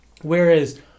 whereas